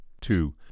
Two